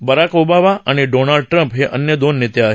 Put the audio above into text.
Barack Obama आणि Donald Trump हे अन्य दोन नेते आहेत